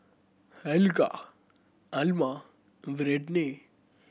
Helga Alma and Britney